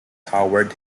howard